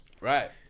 Right